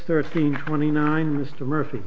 thirteen twenty nine mr murphy